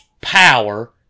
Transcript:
power